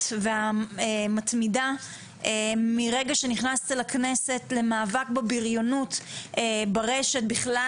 והמתמידה מרגע שנכנסת לכנסת למאבק בבריונות ברשת בכלל,